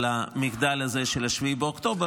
על המחדל הזה של 7 באוקטובר,